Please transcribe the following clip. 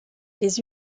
les